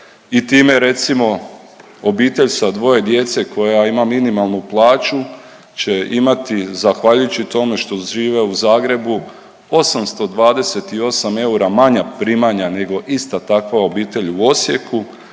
i time recimo obitelj sa dvoje djece koja ima minimalnu plaću će imati zahvaljujući tome što žive u Zagrebu 828 eura manja primanja nego ista takva obitelj u Osijeku